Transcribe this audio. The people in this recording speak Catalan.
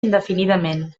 indefinidament